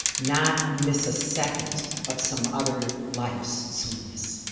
not miss a second of some other life's sweetness.